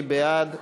מי בעד?